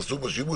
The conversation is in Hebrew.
עשו בו שימוש,